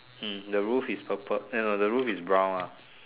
hmm the roof is purple eh no the roof is brown ah